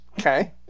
Okay